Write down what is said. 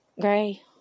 gray